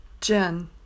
Jen